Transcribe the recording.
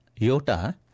Yota